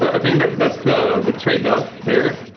i think that's the the tradeoff there.